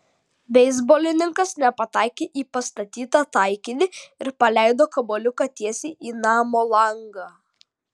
beisbolininkas nepataikė į pastatytą taikinį ir paleido kamuoliuką tiesiai į namo langą